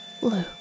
blue